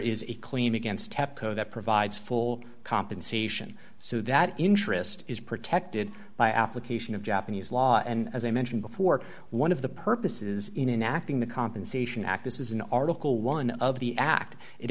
is a claim against tepco that provides full compensation so that interest is protected by application of japanese law and as i mentioned before one of the purposes in an acting the compensation act this is an article one of the act it